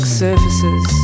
surfaces